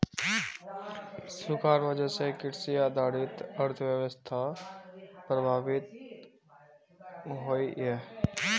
सुखार वजह से कृषि आधारित अर्थ्वैवास्था प्रभावित होइयेह